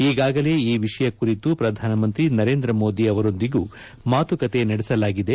ಈಗಾಗಲೇ ಈ ವಿಷಯ ಕುರಿತು ಪ್ರಧಾನಿ ನರೇಂದ್ರ ಮೋದಿ ಅವರೊಂದಿಗೂ ಮಾತುಕತೆ ನಡೆಸಲಾಗಿದೆ